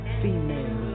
female